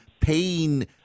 paying